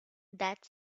that